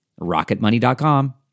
rocketmoney.com